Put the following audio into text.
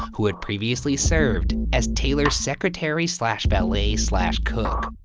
who had previously served as taylor's secretary slash valet slash cook.